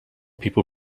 people